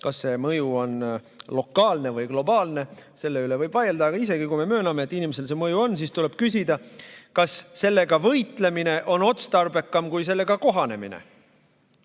kas see mõju on lokaalne või globaalne, selle üle võib vaielda –, aga isegi kui me mööname, et inimesel see mõju on, siis tuleb küsida, kas sellega võitlemine on otstarbekam kui sellega kohanemine.